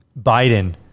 Biden